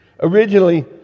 originally